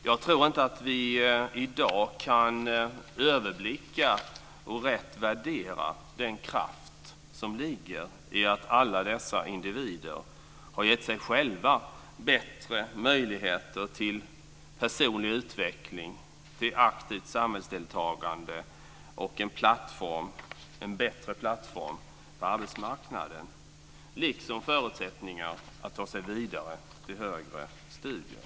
Jag tror inte att vi i dag kan överblicka och rätt värdera den kraft som ligger i att alla dessa individer har gett sig själva bättre möjligheter till personlig utveckling, till aktivt samhällsdeltagande och en bättre plattform på arbetsmarknaden liksom förutsättningar att ta sig vidare till högre studier.